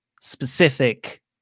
specific